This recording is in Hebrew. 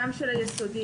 גם של היסודי,